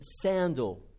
sandal